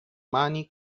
mani